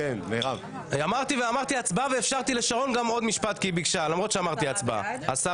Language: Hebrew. הצבעה בעד, 10